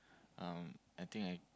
um I think I